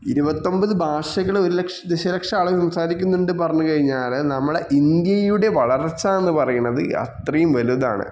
ഇരുപത്തി ഒൻപത് ഭാഷകൾ ഒരു ലക്ഷം ദശലക്ഷം ആളുകൾ സംസാരിക്കുന്നുണ്ട് പറഞ്ഞ് കഴിഞ്ഞാൽ നമ്മളെ ഇന്ത്യയുടെ വളർച്ച എന്ന് പറയുന്നത് അത്രയും വലുതാണ്